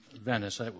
Venice